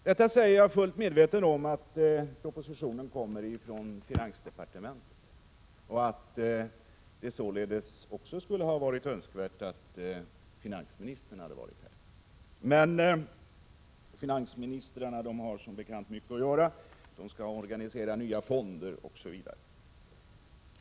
Detta säger jag i fullt medvetande om att propositionen kommer från finansdepartementet och att det således också skulle ha varit önskvärt att finansministern vore här. Finansministrar har dock som bekant mycket att göra —t.ex. att organisera nya fonder m.m.